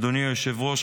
אדוני היושב-ראש,